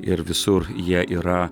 ir visur jie yra